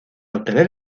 obtener